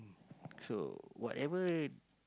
so whatever